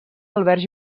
alberg